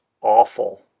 awful